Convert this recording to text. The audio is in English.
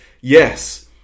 Yes